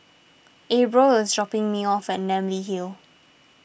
Abril is dropping me off at Namly Hill